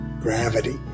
gravity